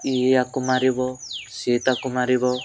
ଇଏ ଆକୁ ମାରିବ ସିଏ ତାକୁ ମାରିବ